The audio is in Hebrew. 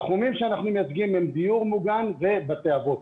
התחומים שאנחנו מייצגים הם דיור מוגן ובתי אבות.